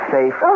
Safe